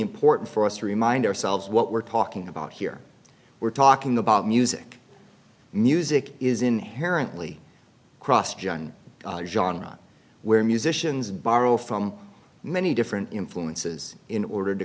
important for us to remind ourselves what we're talking about here we're talking about music music is inherently cross john john where musicians borrow from many different influences in order to